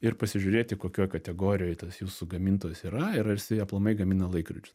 ir pasižiūrėti kokioj kategorijoj tas jūsų gamintojas yra ir jisai aplamai gamina laikrodžius